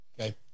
okay